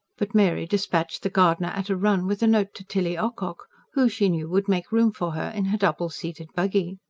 but mary despatched the gardener at a run with a note to tilly ocock, who, she knew, would make room for her in her double-seated buggy.